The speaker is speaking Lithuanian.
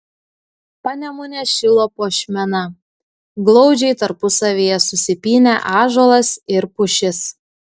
panemunės šilo puošmena glaudžiai tarpusavyje susipynę ąžuolas ir pušis